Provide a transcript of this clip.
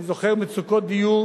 אני זוכר מצוקות דיור